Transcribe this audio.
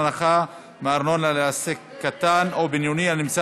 הנחה מארנונה לעסק קטן או בינוני הנמצא